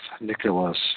Nicholas